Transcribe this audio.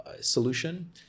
solution